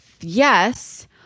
Yes